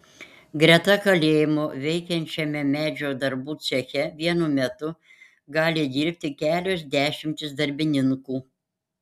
greta kalėjimo veikiančiame medžio darbų ceche vienu metu gali dirbti kelios dešimtys darbininkų